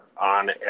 on